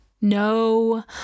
No